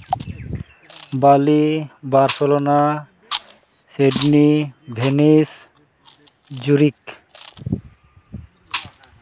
Bali Barcelona Sydney Venice zurich